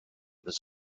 was